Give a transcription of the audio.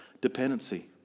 dependency